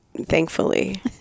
thankfully